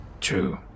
True